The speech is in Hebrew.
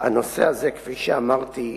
הנושא הזה, כפי שאמרתי,